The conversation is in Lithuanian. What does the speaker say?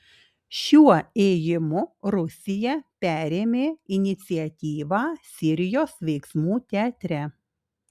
šiuo ėjimu rusija perėmė iniciatyvą sirijos veiksmų teatre